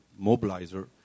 mobilizer